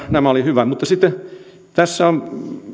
nämä olivat hyviä mutta sitten